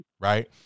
right